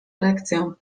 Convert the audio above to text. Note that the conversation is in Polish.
erekcję